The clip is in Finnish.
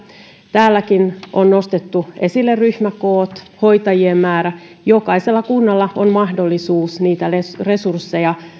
täälläkin on nostettu esille ryhmäkoot hoitajien määrä jokaisella kunnalla on mahdollisuus niitä resursseja